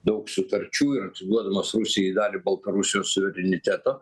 daug sutarčių ir duodamas rusijai dalį baltarusijos suvereniteto